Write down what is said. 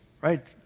right